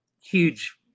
huge